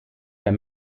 der